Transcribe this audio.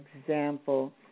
example